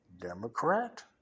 Democrat